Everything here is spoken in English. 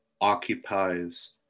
occupies